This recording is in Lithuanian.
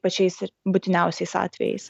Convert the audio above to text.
pačiais ir būtiniausiais atvejais